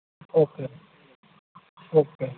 okay okay